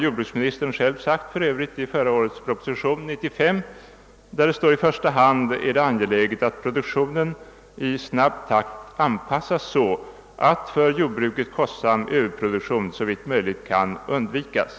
Jordbruksministern har för övrigt själv i förra årets proposition nr 95 framhållit att det i första hand är angeläget att produktionen i snabb takt anpassas så att för jordbruket kostsam överproduktion såvitt möjligt kan undvikas.